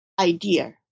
idea